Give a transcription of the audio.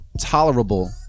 tolerable